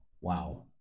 Wow